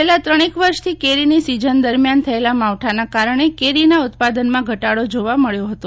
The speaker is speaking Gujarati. છેલ્લા ત્રણેક વર્ષથી કેરીની સીઝન દરમિયાન થયેલા માવઠાના કારણે કેરીના ઉત્પાદનમાં ઘટાડો જોવા મળ્યો હતો